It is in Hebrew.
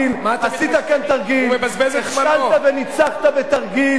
הכול על חשבון הזמן של חבר הכנסת חסון.